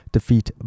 Defeat